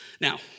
Now